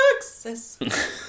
Success